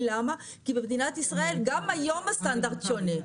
כי במדינת ישראל גם היום הסטנדרט שונה.